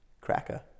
cracker